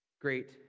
great